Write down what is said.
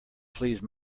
please